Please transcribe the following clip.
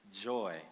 joy